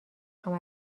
خوام